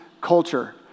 culture